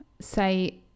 say